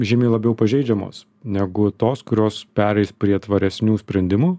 žymiai labiau pažeidžiamos negu tos kurios pereis prie tvaresnių sprendimų